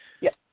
Yes